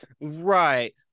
Right